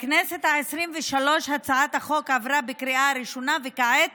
בכנסת העשרים-ושלוש הצעת החוק עברה בקריאה ראשונה וכעת